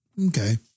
Okay